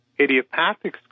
idiopathic